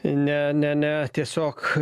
ne ne ne tiesiog